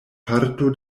parto